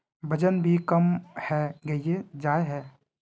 वजन भी कम है गहिये जाय है?